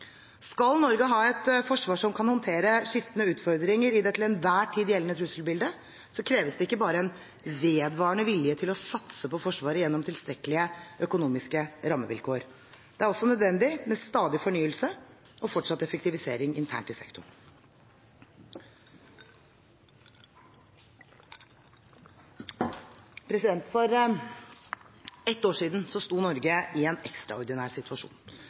Skal Norge ha et forsvar som kan håndtere skiftende utfordringer i det til enhver tid gjeldende trusselbildet, kreves det ikke bare en vedvarende vilje til å satse på Forsvaret gjennom tilstrekkelige økonomiske rammevilkår. Det er også nødvendig med stadig fornyelse og fortsatt effektivisering internt i sektoren. For ett år siden sto Norge i en ekstraordinær situasjon.